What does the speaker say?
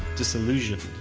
disillusioned